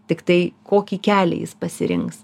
tiktai kokį kelią jis pasirinks